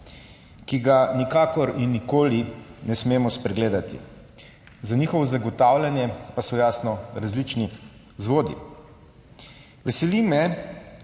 hvala.